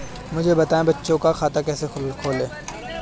मुझे बताएँ बच्चों का खाता कैसे खोलें?